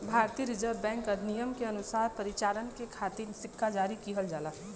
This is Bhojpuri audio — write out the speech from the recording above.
भारतीय रिजर्व बैंक अधिनियम के अनुसार परिचालन के खातिर सिक्का जारी किहल जाला